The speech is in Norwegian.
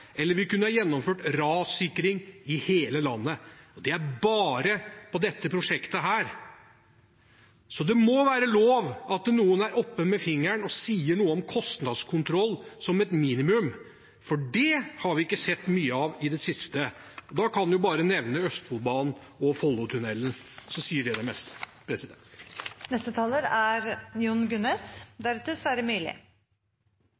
eller vi kunne gjennomført rassikring i hele landet – bare på dette prosjektet. Så det må være lov at noen er oppe med fingeren og sier noe om kostnadskontroll, som et minimum, for det har vi ikke sett mye av i det siste. Da kan en jo bare nevne Østfoldbanen og Follotunnelen – det sier det meste. Oslopakken, nå Oslopakke 3, er